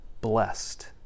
blessed